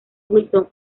wilson